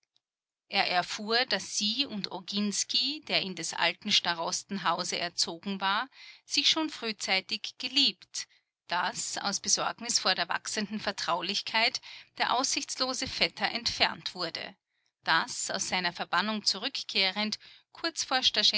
er erfuhr daß sie und oginsky der in des alten starosten hause erzogen war sich schon frühzeitig geliebt daß aus besorgnis vor der wachsenden vertraulichkeit der aussichtslose vetter entfernt wurde daß aus seiner verbannung zurückkehrend kurz